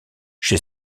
chez